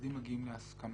הצדדים מגיעים להסכמה?